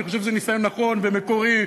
אני חושב שזה ניסיון נכון ומקורי,